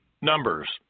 Numbers